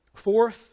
Fourth